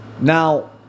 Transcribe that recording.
Now